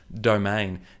domain